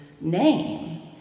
name